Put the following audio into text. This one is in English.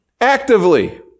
actively